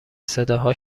صداها